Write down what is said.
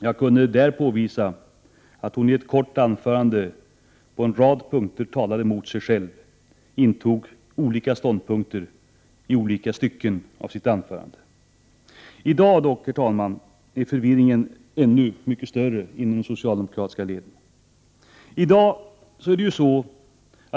Jag kunde då påvisa att hon i ett kort anförande på en rad punkter talade mot sig själv och intog olika ståndpunkter i olika stycken av sitt anförande. I dag, herr talman, är förvirringen om möjligt ännu mycket större inom de socialdemokratiska leden.